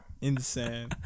Insane